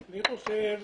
אני חושב